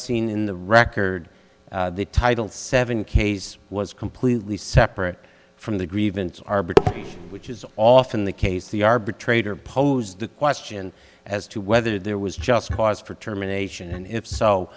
seen in the record the title seven case was completely separate from the grievance arbiter which is often the case the arbitrator posed the question as to whether there was just cars for terminations and if so